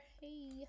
Hey